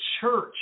church